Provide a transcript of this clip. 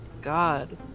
god